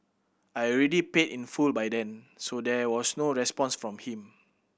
I already paid in full by then so there was no response from him